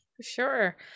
sure